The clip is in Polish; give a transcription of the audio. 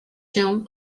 się